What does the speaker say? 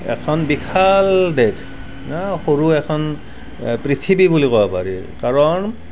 এখন বিশাল দেশ সৰু এখন পৃথিৱী বুলি ক'ব পাৰি কাৰণ